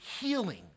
healing